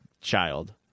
child